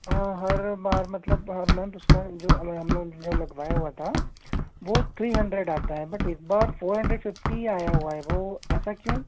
हाँ हर बार मतलब हर मंथ उसका जो अभी हमने जो लगवाया हुआ था वह थ्री हंड्रेड आता है बट इस बार फोर हंड्रेड फिफ्टी आया हुआ है वह ऐसा क्यों